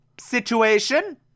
situation